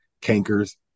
cankers